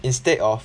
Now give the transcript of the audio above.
instead of